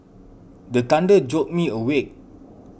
the thunder jolt me awake